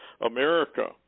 America